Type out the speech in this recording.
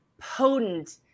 potent